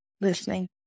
listening